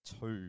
two